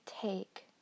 Take